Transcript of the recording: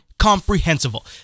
Comprehensible